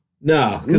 No